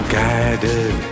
guided